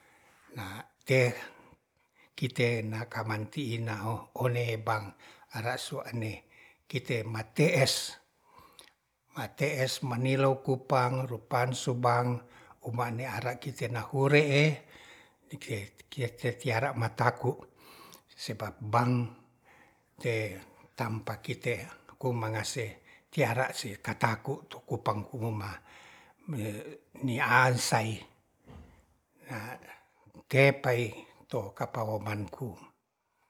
Nga te kite namakaman ti na one bank ara sua'ne kite mate'es manilou kupang rupan subank uba'ne ara kite nahure'e ike kite tia-tia-tiara mataku sebab bank te tampa kite komangase tiara si pataku tu kupang kuma miasai tep pai to kapawo manku